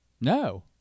No